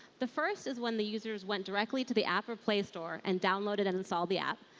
the first is when the users went directly to the app or play store and downloaded and and saw the app.